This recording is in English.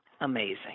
Amazing